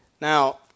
Now